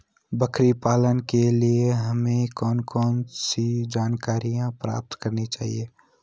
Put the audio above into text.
बकरी पालन के लिए हमें कौन कौन सी जानकारियां प्राप्त करनी चाहिए?